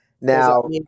Now